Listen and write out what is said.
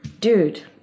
dude